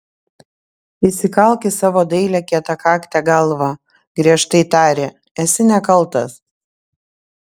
įsikalk į savo dailią kietakaktę galvą griežtai tarė esi nekaltas